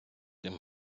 тим